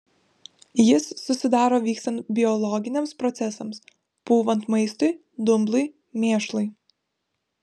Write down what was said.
jis susidaro vykstant biologiniams procesams pūvant maistui dumblui mėšlui